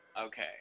Okay